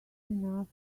enough